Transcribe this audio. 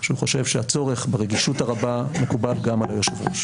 שהוא חושב שהצורך ברגישות הרבה מקובל גם על היושב-ראש.